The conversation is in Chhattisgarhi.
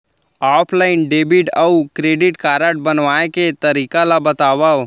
ऑफलाइन डेबिट अऊ क्रेडिट कारड बनवाए के तरीका ल बतावव?